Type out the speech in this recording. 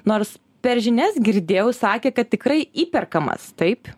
nors per žinias girdėjau sakė kad tikrai įperkamas taip